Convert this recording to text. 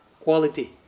quality